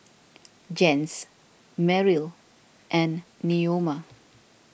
Jens Meryl and Neoma